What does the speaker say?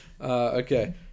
Okay